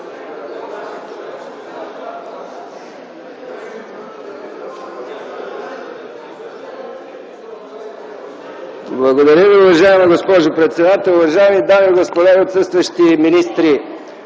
Благодаря Ви, уважаема госпожо председател. Уважаеми дами и господа, и отсъстващи министри!